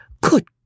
Good